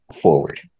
forward